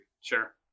Sure